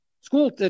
School